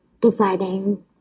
deciding